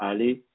Ali